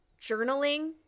journaling